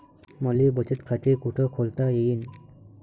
मले बचत खाते कुठ खोलता येईन?